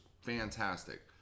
fantastic